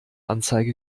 anzeige